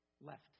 left